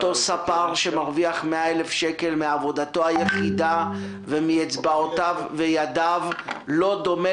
ספר שמרוויח 100,000 שקל מעבודתו היחידה ומאצבעותיו וידיו לא דומה